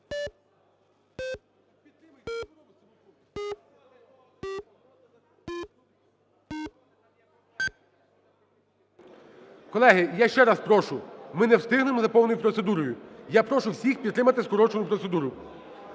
Колеги, я ще раз прошу, ми не встигнемо за повною процедурою. Я прошу всіх підтримати скорочену процедуру.